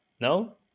No